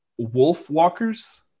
Wolfwalkers